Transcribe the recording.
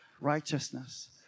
righteousness